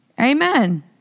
Amen